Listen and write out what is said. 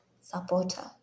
supporter